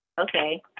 okay